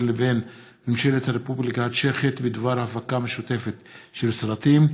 לבין ממשלת הרפובליקה הצ'כית בדבר הפקה משותפת של סרטים,